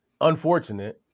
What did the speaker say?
unfortunate